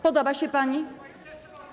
Podoba się pani?